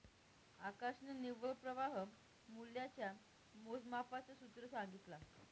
आकाशने निव्वळ प्रवाह मूल्याच्या मोजमापाच सूत्र सांगितला